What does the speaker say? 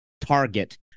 target